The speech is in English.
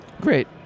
Great